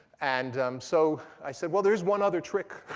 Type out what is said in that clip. and so i said, well, there's one other trick.